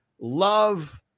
love